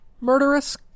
murderous